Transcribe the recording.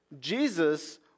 Jesus